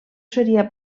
seria